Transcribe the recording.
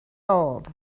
old